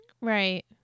Right